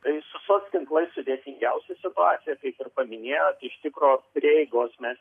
tai su soc tinklais sudėtingiausia situacija kaip ir paminėjot iš tikro prieigos mes